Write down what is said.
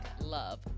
love